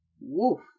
Wolf